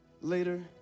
later